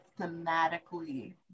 thematically